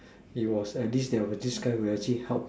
it was at least there was this guy who actually helped